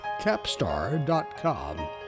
Capstar.com